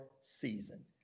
season